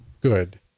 good